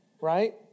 right